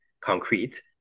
concrete